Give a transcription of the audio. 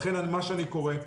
מה שאני קורא,